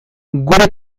gure